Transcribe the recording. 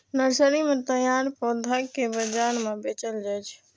nursery मे तैयार पौधा कें बाजार मे बेचल जाइ छै